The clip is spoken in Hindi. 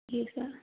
जी सर